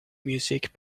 music